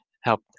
help